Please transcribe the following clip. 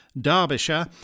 Derbyshire